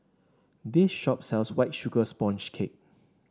this shop sells White Sugar Sponge Cake